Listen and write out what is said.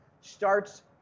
Starts